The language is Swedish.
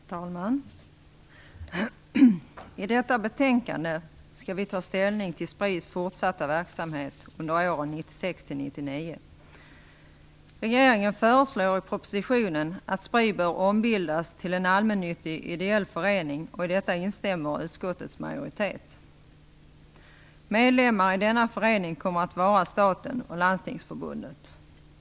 Herr talman! Vid behandlingen av detta betänkande skall vi ta ställning till Spris fortsatta verksamhet under åren 1996-1999. Regeringen föreslår i propositionen att Spri skall ombildas till en allmännyttig, ideell förening, och i detta instämmer utskottets majoritet. Medlemmar i denna förening kommer att vara staten och Landstingsförbundet.